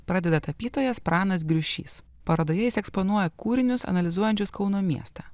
pradeda tapytojas pranas griušys parodoje jis eksponuoja kūrinius analizuojančius kauno miestą